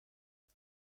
six